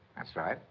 that's right.